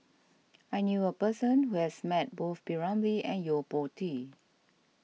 I knew a person who has met both P Ramlee and Yo Po Tee